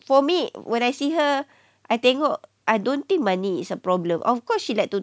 for me when I see her I tengok I don't think money is a problem of course she like to